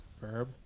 Verb